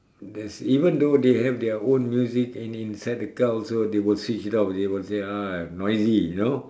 there's even though they have their own music in in inside the car also they will switch it off they will say ah noisy you know